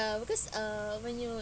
because uh when you